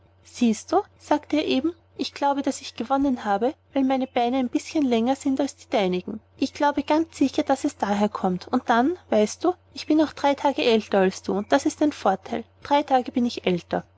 siehst du sagte er eben ich glaube daß ich gewonnen habe weil meine beine ein bißchen länger sind als die deinigen ich glaube ganz sicher daß es daher kommt und dann weißt du bin ich auch drei tage älter als du und das ist auch ein vorteil drei tage bin ich älter